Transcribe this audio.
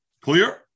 Clear